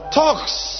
talks